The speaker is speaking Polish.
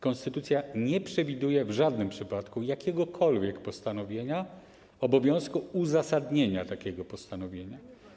Konstytucja nie przewiduje w żadnym przypadku jakiegokolwiek postanowienia obowiązku uzasadnienia postanowienia.